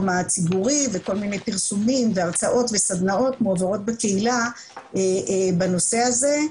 הציבורי וכל מיני פרסומים והרצאות וסדנאות מועברות בקהילה בנושא הזה,